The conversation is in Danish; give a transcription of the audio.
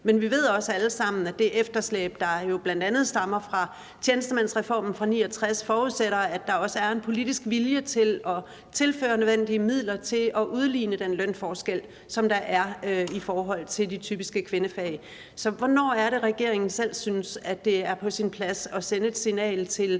Men vi ved også alle sammen, at det efterslæb, der jo bl.a. stammer fra tjenestemandsreformen fra 1969 forudsætter, at der også er en politisk vilje til at tilføre de nødvendige midler til at udligne den lønforskel, som der er i forhold til de typiske kvindefag. Så hvornår er det, at regeringen selv synes, at det er på sin plads at sende et signal til